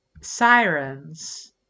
sirens